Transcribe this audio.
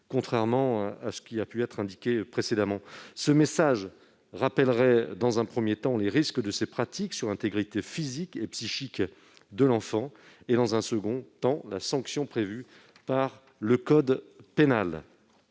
contrairement à ce qui a pu être indiqué précédemment. Ce message rappellerait, dans un premier temps, les risques de ces pratiques sur l'intégrité physique et psychique de l'enfant et, dans un second temps, la sanction prévue par le code pénal.